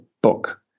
book